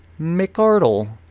Mcardle